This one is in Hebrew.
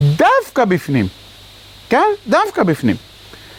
דווקא בפנים, כן? דווקא בפנים.